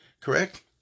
Correct